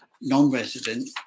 non-resident